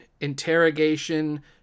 interrogation